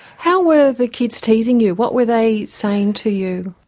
how were the kids teasing you, what were they saying to you?